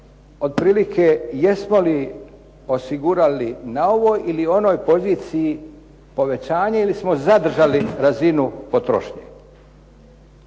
otprilike jesmo li osigurali na ovoj ili onoj poziciji povećanje ili smo zadržali razinu potrošnje.